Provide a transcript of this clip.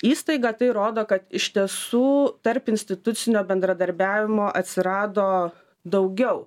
įstaigą tai rodo kad iš tiesų tarpinstitucinio bendradarbiavimo atsirado daugiau